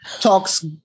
talks